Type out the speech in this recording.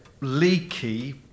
leaky